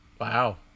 wow